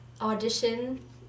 audition